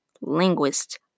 linguist